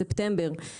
בספטמבר.